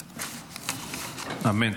אמן.